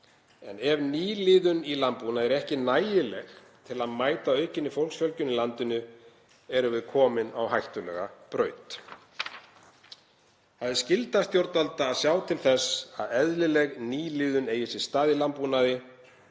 En ef nýliðun í landbúnaði er ekki nægileg til að mæta aukinni fólksfjölgun í landinu erum við komin á hættulega braut. Það er skylda stjórnvalda að sjá til þess að eðlileg nýliðun eigi sér stað í landbúnaði